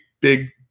big